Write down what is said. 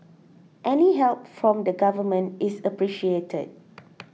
any help from the Government is appreciated